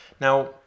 Now